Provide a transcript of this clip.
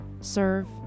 serve